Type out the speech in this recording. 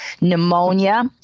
pneumonia